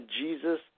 Jesus